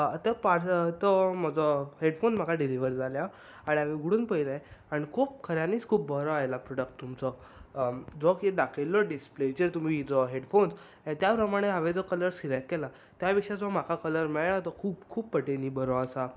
आतां पार तो म्हजो हेडफाॅन म्हाका डिलिवर जाल्यात आनी हांवे उगडून पयलें आनी खूब आनी खऱ्यांनीच खूब बरो आयल्या प्रोडक्ट तुमचो जो की दाखयल्लो तुमी डिस्ल्पेचेर जो हेडफाॅन त्या प्रमाणें हांवे जो कलर सिलेक्ट केला त्या विशीं म्हाका जो कलर मेळ्ळा तो खूब खूब पटिंनी बरो आसा